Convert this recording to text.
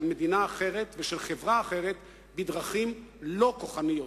מדינה אחרת ושל חברה אחרת בדרכים לא כוחניות.